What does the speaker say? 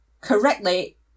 correctly